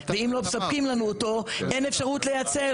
ואם לא מספקים לנו אותו אין אפשרות ליצר